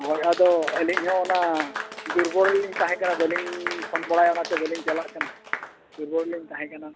ᱦᱳᱭ ᱟᱫᱚ ᱟᱹᱞᱤᱧ ᱦᱚᱸ ᱚᱱᱟ ᱫᱩᱨᱵᱚᱞ ᱜᱮᱞᱤᱧ ᱛᱟᱦᱮᱸ ᱠᱟᱱᱟ ᱵᱟᱹᱞᱤᱧ ᱯᱷᱳᱱ ᱵᱟᱲᱟᱭᱟ ᱚᱱᱟᱛᱮ ᱵᱟᱹᱞᱤᱧ ᱪᱟᱞᱟᱜ ᱠᱟᱱᱟ ᱠᱮᱵᱚᱞ ᱞᱤᱧ ᱛᱟᱦᱮᱸ ᱠᱟᱱᱟ